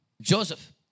Joseph